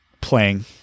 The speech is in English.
Playing